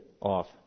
off